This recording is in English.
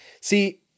See